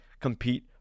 compete